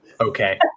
Okay